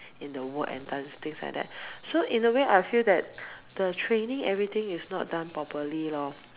in the work and things like that so in a way I feel that the training everything is not done properly lor